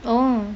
oh